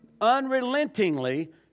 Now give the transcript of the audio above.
Unrelentingly